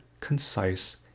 concise